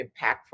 impactful